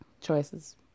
Choices